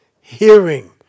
hearing